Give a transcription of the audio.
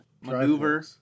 Maneuver